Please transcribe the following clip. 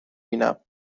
بینم